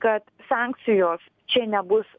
kad sankcijos čia nebus